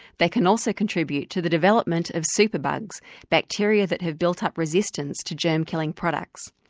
they can also contribute to the development of superbugs bacteria that have built up resistance to germ-killing products.